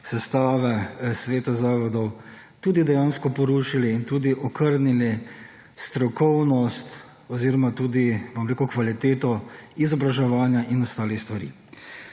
sestave sveta zavodov tudi dejansko porušili in tudi okrnili strokovnost oziroma tudi, bom rekel, kvaliteto izobraževanja in ostalih stvari.